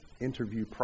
interview